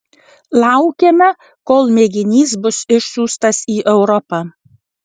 laukiame kol mėginys bus išsiųstas į europą